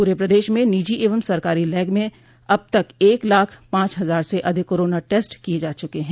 पूरे प्रदेश में निजी एवं सरकारी लैब में अब तक एक लाख पांच हजार से अधिक कोरोना टेस्ट किए जा चुके हैं